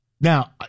now